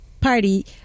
Party